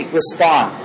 respond